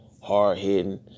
hard-hitting